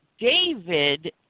David